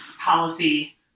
policy